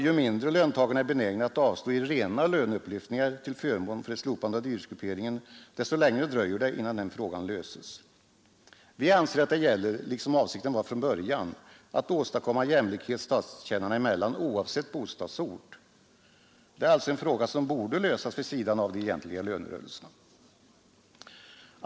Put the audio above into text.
Ju mindre löntagarna är benägna att avstå i rena löneupplyftningar till förmån för ett slopande av dyrortsgrupperingen desto längre dröjer det innan frågan löses. Vi anser att det gäller — det var också avsikten från början — att åstadkomma jämlikhet statstjänarna emellan oavsett bostadsort. Det är alltså en fråga som borde lösas vid sidan av de egentliga lönerörelserna.